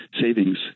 savings